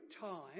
time